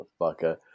motherfucker